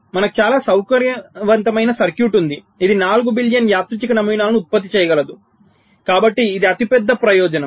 మనకు చాలా సౌకర్యవంతమైన సర్క్యూట్ ఉంది ఇది 4 బిలియన్ యాదృచ్ఛిక నమూనాలను ఉత్పత్తి చేయగలదు కాబట్టి ఇది పెద్ద ప్రయోజనం